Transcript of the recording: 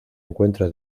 encuentra